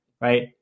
right